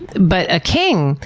but a king,